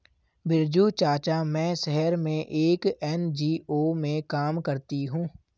बिरजू चाचा, मैं शहर में एक एन.जी.ओ में काम करती हूं